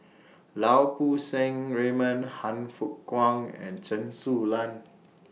Lau Poo Seng Raymond Han Fook Kwang and Chen Su Lan